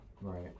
right